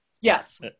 Yes